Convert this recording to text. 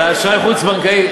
על האשראי החוץ-בנקאי,